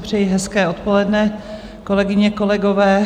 Přeji hezké odpoledne, kolegyně, kolegové.